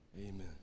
Amen